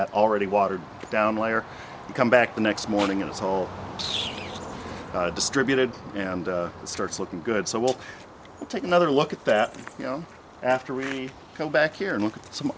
that already watered down layer come back the next morning it was all distributed and it starts looking good so we'll take another look at that you know after we come back here and